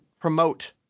promote